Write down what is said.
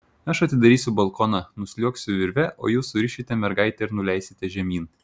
aš atidarysiu balkoną nusliuogsiu virve o jūs surišite mergaitę ir nuleisite žemyn